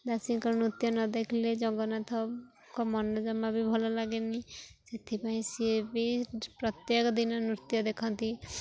ଦାସୀଙ୍କର ନୃତ୍ୟ ନଦେଖିଲେ ଜଗନ୍ନାଥଙ୍କ ମନ ଜମା ବି ଭଲ ଲାଗେନି ସେଥିପାଇଁ ସିଏ ବି ପ୍ରତ୍ୟେକ ଦିନ ନୃତ୍ୟ ଦେଖନ୍ତି